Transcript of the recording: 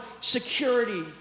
security